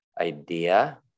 idea